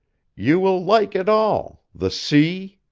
you will like it all. the sea.